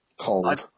Cold